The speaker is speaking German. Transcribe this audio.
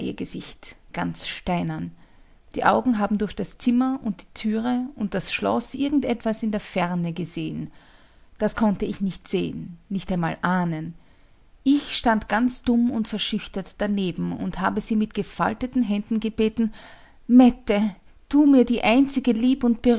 gesicht ganz steinern die augen haben durch das zimmer und die türe und das schloß irgend etwas in der ferne gesehen das konnte ich nicht sehen nicht einmal ahnen ich stand ganz dumm und verschüchtert daneben und habe sie mit gefalteten händen gebeten mette tu mir die einzige lieb und